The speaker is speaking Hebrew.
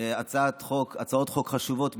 הצעות החוק חשובות מאוד,